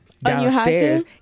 Downstairs